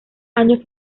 años